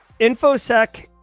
Infosec